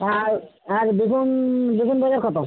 আর আর বেগুন বেগুন তাহলে কত